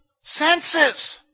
Senses